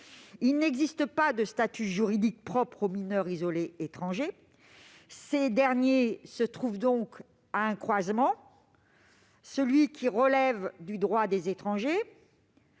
Il n'existe pas de statut juridique propre aux mineurs isolés étrangers. Ces derniers se trouvent donc au croisement de celui qui relève du droit des étrangers,